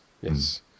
yes